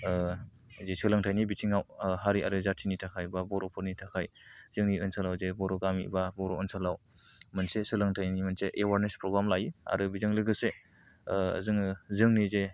जे सोलोंथाइनि बिथिङाव हारि आरो जाथिनि थाखाय बा बर'फोरनि थाखाय जोंनि ओनसोलाव जे बर' गामि बा बर' ओनसोलाव मोनसे सोलोंथाइनि मोनसे एवारनेस प्रग्राम लायो आरो बेजों लोगोसे जोङो जोंनि जे